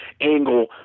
angle